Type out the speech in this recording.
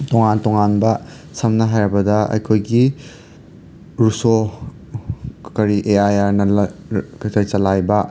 ꯇꯣꯉꯥꯟ ꯇꯣꯉꯥꯟꯕ ꯁꯝꯅ ꯍꯥꯏꯔꯕꯗ ꯑꯩꯈꯣꯏꯒꯤ ꯔꯨꯁꯣ ꯀꯔꯤ ꯑꯦ ꯑꯥꯏ ꯑꯥꯔꯅ ꯆꯜꯂꯥꯏꯕ